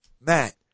matt